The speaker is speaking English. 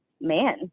man